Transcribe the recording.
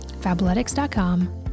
fabletics.com